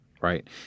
Right